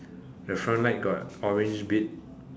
the front light got orange bit